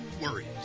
worries